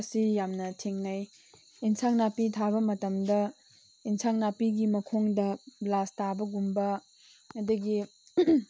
ꯑꯁꯤ ꯌꯥꯝꯅ ꯊꯦꯡꯅꯩ ꯑꯦꯟꯁꯥꯡ ꯅꯥꯄꯤ ꯊꯥꯕ ꯃꯇꯝꯗ ꯑꯦꯟꯁꯥꯡ ꯅꯥꯄꯤꯒꯤ ꯃꯈꯣꯡꯗ ꯕ꯭ꯂꯥꯁ ꯇꯥꯕꯒꯨꯝꯕ ꯑꯗꯒꯤ